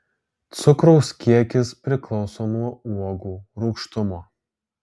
cukraus kiekis priklauso nuo uogų rūgštumo